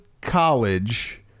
College